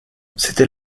c’était